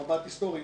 במבט היסטורי,